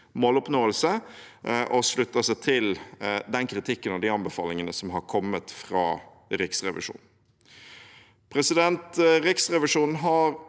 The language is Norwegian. og slutter seg til den kritikken og de anbefalingene som har kommet fra Riksrevisjonen. Riksrevisjonen har